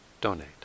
donate